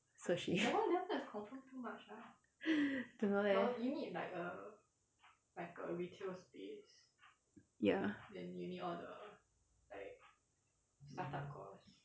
so she don't know leh ya